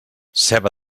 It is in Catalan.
ceba